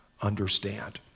understand